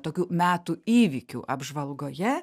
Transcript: tokių metų įvykių apžvalgoje